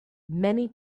many